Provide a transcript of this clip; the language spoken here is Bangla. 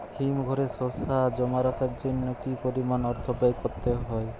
হিমঘরে শসা জমা রাখার জন্য কি পরিমাণ অর্থ ব্যয় করতে হয়?